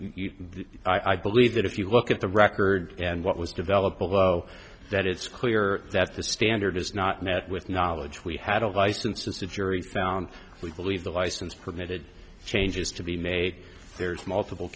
you i believe that if you look at the record and what was developed although that it's clear that the standard is not met with knowledge we had a vice and since a jury found we believe the license permitted changes to be made there's multiple